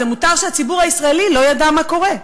זה מותר שהציבור הישראלי לא ידע מה קורה.